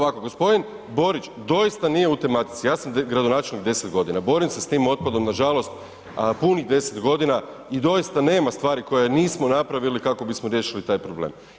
Dakle, gospodin Borić doista nije u tematici, ja sam gradonačelnik 10 godina, borim se sa tim otpadom nažalost punih 10 godina i doista nema stvari koje nismo napravili kako bismo riješili taj problem.